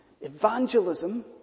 Evangelism